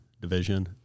division